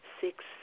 six